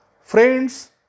Friends